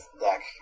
deck